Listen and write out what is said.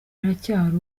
aracyari